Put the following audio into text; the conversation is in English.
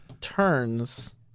turns